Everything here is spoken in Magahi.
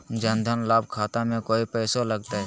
जन धन लाभ खाता में कोइ पैसों लगते?